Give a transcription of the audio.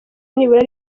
nibura